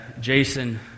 Jason